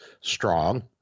strong